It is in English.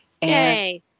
Yay